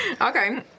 okay